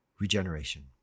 regeneration